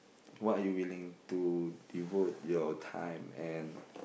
what are you willing to devote your time and